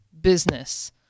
business